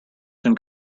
can